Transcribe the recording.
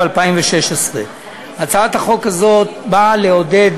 התשע"ו 2016. הצעת חוק זאת באה לעודד